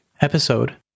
Episode